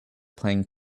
playing